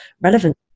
relevant